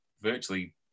virtually